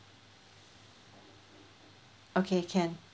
okay can